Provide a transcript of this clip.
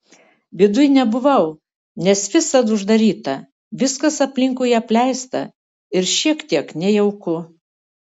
viduj nebuvau nes visad uždaryta viskas aplinkui apleista ir šiek tiek nejauku